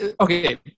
okay